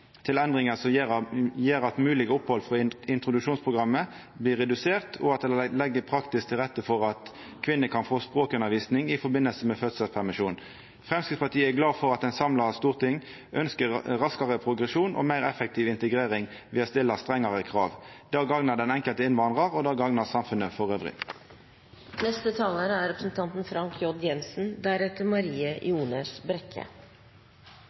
til endringar som gjer at moglege opphald frå introduksjonsprogrammet blir reduserte, og at ein legg praktisk til rette for at kvinner kan få språkundervisning i samband med fødselspermisjon. Framstegspartiet er glad for at eit samla storting ønskjer raskare progresjon og meir effektiv integrering ved å stilla strengare krav. Det gagnar den enkelte innvandraren, og det gagnar samfunnet